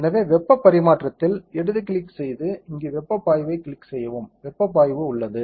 எனவே வெப்பப் பரிமாற்றத்தில் இடது கிளிக் செய்து இங்கு வெப்பப் பாய்வைக் கிளிக் செய்யவும் வெப்பப் பாய்வு உள்ளது